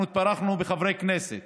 אנחנו התברכנו בחברי כנסת